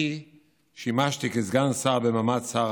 אני שימשתי סגן השר במעמד שר